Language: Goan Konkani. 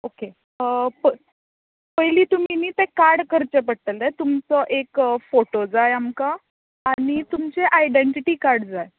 ओके पळय पयली तुमीं न्ही तें कार्ड करचें पडटलें तुमचो एक फॉटो जाय आमकां आनी तुमचे आयडेन्टिटी कार्ड जाय